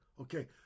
okay